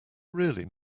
really